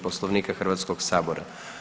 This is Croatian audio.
Poslovnika Hrvatskog sabora.